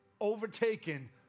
overtaken